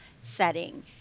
setting